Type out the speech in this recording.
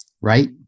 Right